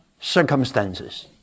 circumstances